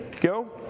Go